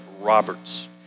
Roberts